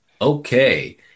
Okay